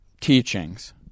teachings